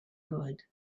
good